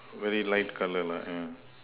very light colour lah yeah